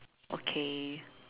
okay